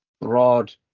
broad